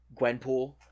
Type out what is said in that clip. Gwenpool